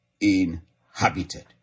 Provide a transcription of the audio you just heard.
inhabited